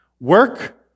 Work